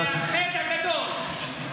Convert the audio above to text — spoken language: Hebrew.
המאחד הגדול.